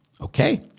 okay